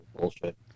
bullshit